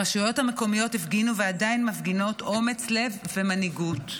הרשויות המקומיות הפגינו ועדיין מפגינות אומץ לב ומנהיגות.